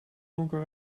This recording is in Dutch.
donker